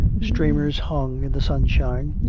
streamers hung in the sunshine,